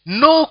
no